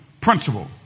principle